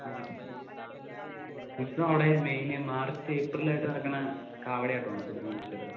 അവിടെ ഉത്സവം അവിടെ മെയിൻ മാർച്ച് ഏപ്രിൽ ആയിട്ട് നടക്കുന്ന കാവടിയാട്ടമാണ് സുബ്രമണ്യ ക്ഷേത്രത്തിൽ